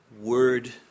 Word